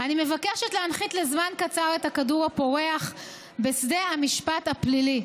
אני מבקשת להנחית לזמן קצר את הכדור הפורח בשדה המשפט הפלילי.